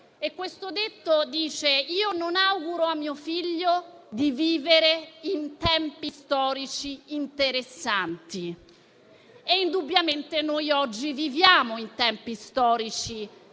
detto che dice: io non auguro a mio figlio di vivere in tempi storici interessanti. Indubbiamente, noi oggi viviamo in tempi storici di interesse.